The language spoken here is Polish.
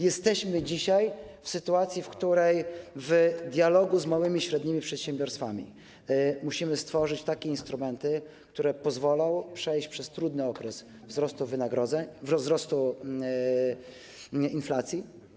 Jesteśmy dzisiaj w sytuacji, w której w dialogu z małymi i średnimi przedsiębiorstwami musimy stworzyć takie instrumenty, które pozwolą przejść przez trudny okres wzrostu inflacji.